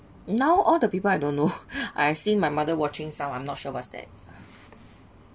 now all the people I don't know I've seen my mother watching some I'm not sure what's that